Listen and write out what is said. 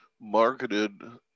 marketed